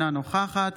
אינה נוכחת